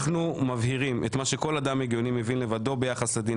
אנחנו מבהירים את מה שכל אדם הגיוני מבין לבדו ביחס לדין